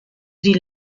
die